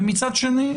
ומצד שני,